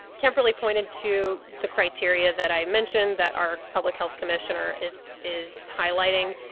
kemp really pointed to the criteria that i mentioned that our public health commissioner is is highlighting.